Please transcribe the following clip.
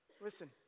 Listen